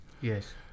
Yes